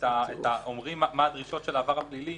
כשאומרים מה הדרישות של העבר הפלילי,